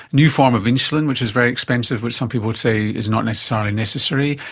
new form of insulin which is very expensive, which some people would say is not necessarily necessary.